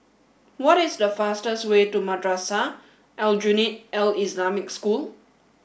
what is the fastest way to Madrasah Aljunied Al Islamic School